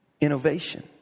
innovation